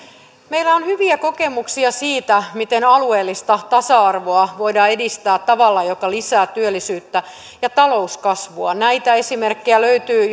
meillä on hyviä kokemuksia siitä miten alueellista tasa arvoa voidaan edistää tavalla joka lisää työllisyyttä ja talouskasvua näitä esimerkkejä löytyy